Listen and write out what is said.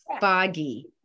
foggy